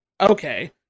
Okay